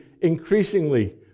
increasingly